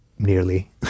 nearly